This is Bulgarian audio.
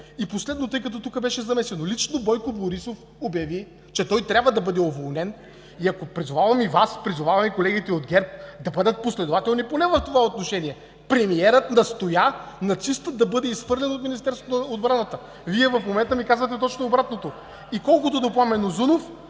И последно, тъй като тук беше замесено, лично Бойко Борисов обяви, че той трябва да бъде уволнен. Призовавам и Вас, призовавам и колегите от ГЕРБ да бъдат последователни поне в това отношение. Премиерът настоя нацистът да бъде изхвърлен от Министерството на отбраната. Вие в момента ни казвате точно обратното. А колкото до Пламен Узунов